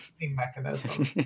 mechanism